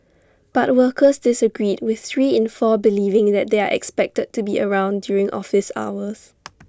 but workers disagreed with three in four believing that they are expected to be around during office hours